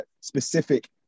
specific